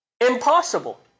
Impossible